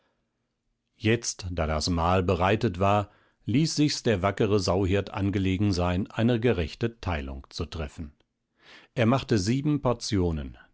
jetzt da das mahl bereitet war ließ sich's der wackre sauhirt angelegen sein eine gerechte teilung zu treffen er machte sieben portionen